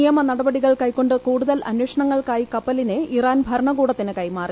നിയമ നടപടികൾ കൈക്കൊണ്ട് കൂടുതൽ അന്വേഷണങ്ങൾക്കായി കപ്പലിനെ ഇറാൻ ഭരണ കൂടത്തിന് കൈമാറി